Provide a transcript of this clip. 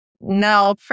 no